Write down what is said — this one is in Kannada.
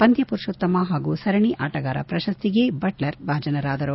ಪಂದ್ದ ಪುರುಷೋತ್ಸಮ ಹಾಗೂ ಸರಣಿ ಆಟಗಾರ ಪ್ರಶಸ್ತಿಗಳಿಗೆ ಬಟ್ಷರ್ ಭಾಜನರಾದರು